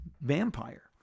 vampire